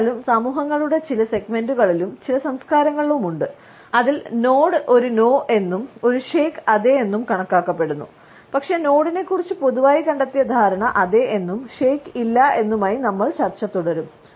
എന്നിരുന്നാലും സമൂഹങ്ങളുടെ ചില സെഗ്മെന്റുകളും ചില സംസ്കാരങ്ങളും ഉണ്ട് അതിൽ നോഡ് ഒരു 'നോ' എന്നും ഒരു ഷെയ്ഖ് 'അതെ' എന്നും കണക്കാക്കപ്പെടുന്നു പക്ഷേ നോഡിനെക്കുറിച്ച് പൊതുവായി കണ്ടെത്തിയ ധാരണ അതെ എന്നും ഷെയ്ഖ് 'ഇല്ല' എന്നുമായി നമ്മൾ ചർച്ച തുടരും